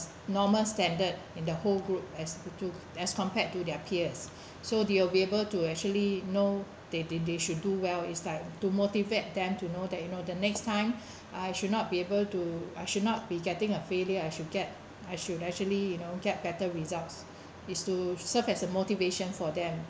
normal standard in the whole group as the two as compared to their peers so they will be able to actually know they they they should do well it's like to motivate them to know that you know the next time I should not be able to I should not be getting a failure I should get I should actually you know get better results is to serve as a motivation for them